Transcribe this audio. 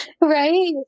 Right